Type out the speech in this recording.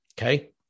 Okay